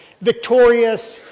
victorious